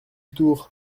tour